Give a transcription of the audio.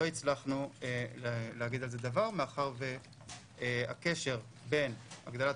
לא הצלחנו להגיד על זה דבר מאחר והקשר בין הגדלת